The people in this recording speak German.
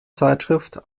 zeitschrift